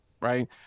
Right